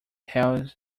tells